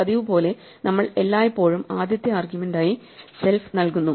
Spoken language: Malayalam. പതിവുപോലെ നമ്മൾ എല്ലായ്പ്പോഴും ആദ്യത്തെ ആർഗ്യുമെന്റായി സെൽഫ് നൽകുന്നു